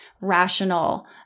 rational